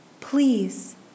Please